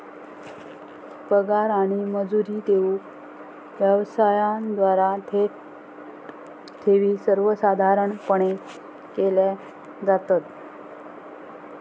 पगार आणि मजुरी देऊक व्यवसायांद्वारा थेट ठेवी सर्वसाधारणपणे केल्या जातत